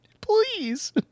Please